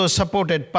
supported